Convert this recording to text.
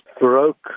broke